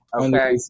Okay